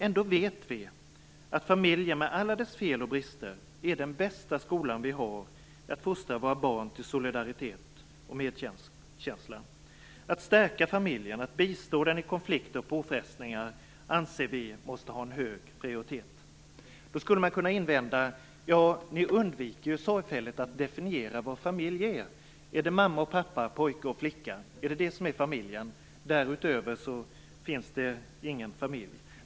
Ändå vet vi att familjen, med alla dess fel och brister, är den bästa skola vi har för att fostra våra barn till solidaritet och medkänsla. Att stärka familjen och att bistå den vid konflikter och påfrestningar anser vi måste ha hög prioritet. Kanske kunde man då invända: Ja, ni undviker sorgfälligt att definiera vad en familj är. Är det mamma, pappa, pojke och flicka? Är det detta som är familjen? Därutöver finns alltså ingen familj.